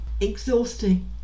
exhausting